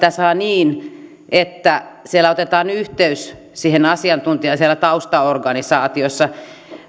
saa niin että sieltä otetaan yhteys siihen asiantuntijaan siellä taustaorganisaatiossa